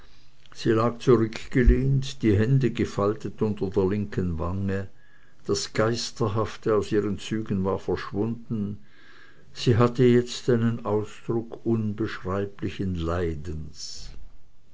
sie lag zurückgelehnt die hände gefaltet unter der linken wange das geisterhafte aus ihren zügen war verschwunden sie hatte jetzt einen ausdruck unbeschreiblichen leidens